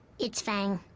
it's fang.